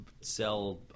sell